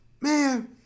man